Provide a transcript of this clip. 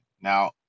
now